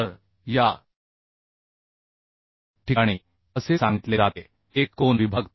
तर या ठिकाणी असे सांगितले जाते की एक कोन विभाग